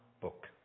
book